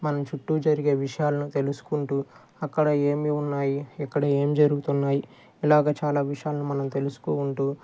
మన చుట్టూ జరిగే విషయాలను తెలుసుకుంటూ అక్కడ ఏమేమి ఉన్నాయి ఇక్కడ ఏం జరుగుతున్నాయి ఇలాగ చాల విషయాలు మనం తెలుసుకుంటూ